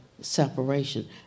separation